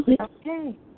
Okay